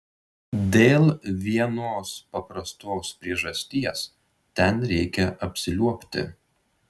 dėl vienos paprastos priežasties ten reikia apsiliuobti